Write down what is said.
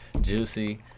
Juicy